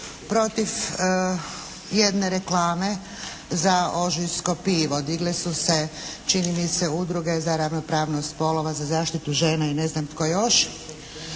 protiv jedne reklame za Ožujsko pivo. Digle su se čini mi se udruge za ravnopravnost spolova, za zaštitu žena i ne znam tko još